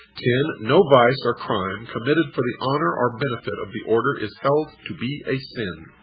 ten. no vice or crime committed for the honor or benefit of the order is held to be a sin.